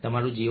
તમારુ જીવન